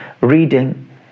reading